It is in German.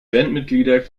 bandmitglieder